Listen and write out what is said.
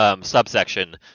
subsection